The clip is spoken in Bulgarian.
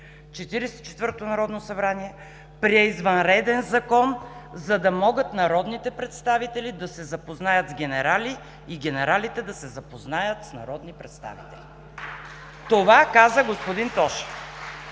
народно събрание прие извънреден закон, „за да могат народните представители да се запознаят с генерали и генералите да се запознаят с народни представители“. Това каза господин Тошев.